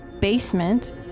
basement